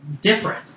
different